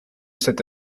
cet